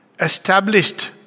established